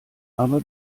aber